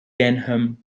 denham